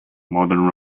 modern